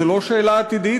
זו לא שאלה עתידית,